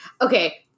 Okay